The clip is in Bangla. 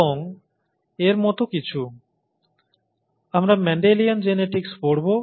এবং এর মতো কিছু আমরা মেন্ডেলিয়ান জিনেটিক্স পড়ব